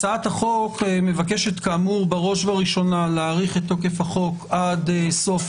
הצעת החוק מבקשת בראש ובראשונה להאריך את תוקף החוק עד סוף